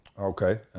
Okay